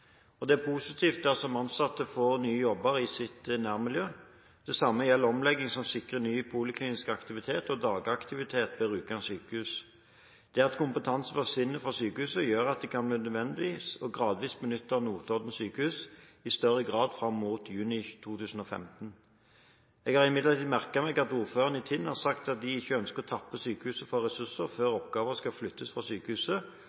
i sitt nærmiljø. Det samme gjelder omlegging som sikrer ny poliklinisk aktivitet og dagaktivitet ved Rjukan sykehus. Det at kompetanse forsvinner fra sykehuset, gjør at det kan bli nødvendig gradvis å benytte Notodden sykehus i større grad fram mot juni 2015. Jeg har imidlertid merket meg at ordføreren i Tinn har sagt at de ikke ønsker å tappe sykehuset for ressurser før oppgaver skal flyttes fra sykehuset,